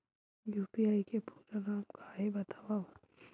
UPI के पूरा नाम का हे बतावव?